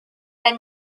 参加